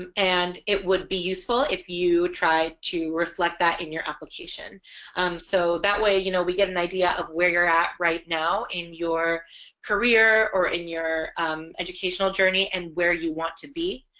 and and it would be useful if you try to reflect that in your application so that way you know we get an idea of where you're at right now in your career or in your educational journey and where you want to be.